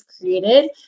created